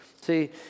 See